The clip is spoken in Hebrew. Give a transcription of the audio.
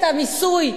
את הבית השני תשירי.